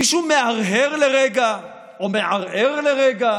מישהו מהרהר לרגע או מערער לרגע